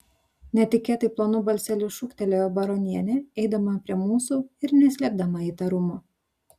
netikėtai plonu balseliu šūktelėjo baronienė eidama prie mūsų ir neslėpdama įtarumo